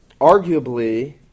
Arguably